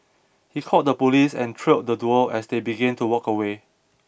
he called the police and trailed the duo as they began to walk away